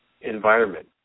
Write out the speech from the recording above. environment